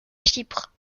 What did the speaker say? chypre